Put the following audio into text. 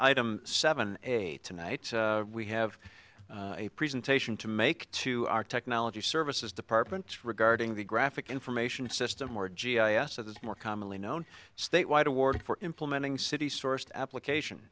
item seven eight tonight we have a presentation to make to our technology services department regarding the graphic information system or g i s of the more commonly known statewide award for implementing city sourced application